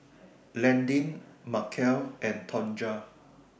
Landin Markell and Tonja